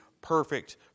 perfect